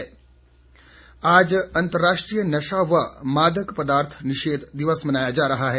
नशा निवारण आज अंतर्राष्ट्रीय नशा व मादक पदार्थ निषेध दिवस मनाया जा रहा है